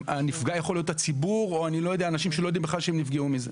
הנפגע יכול להיות הציבור או אנשים שלא יודעים בכלל שהם נפגעו מזה.